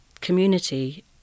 community